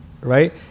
right